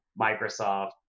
Microsoft